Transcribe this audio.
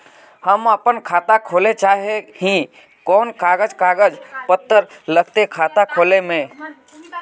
हम अपन खाता खोले चाहे ही कोन कागज कागज पत्तार लगते खाता खोले में?